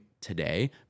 today